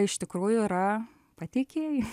iš tikrųjų yra pateikėjai